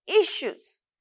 issues